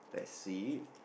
let's see